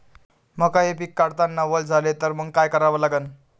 मका हे पिक काढतांना वल झाले तर मंग काय करावं लागन?